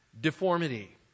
Deformity